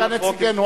אתה נציגנו,